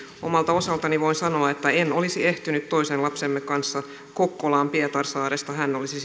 omalta osaltani voin sanoa että en olisi ehtinyt toisen lapsemme kanssa kokkolaan pietarsaaresta hän olisi